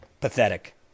Pathetic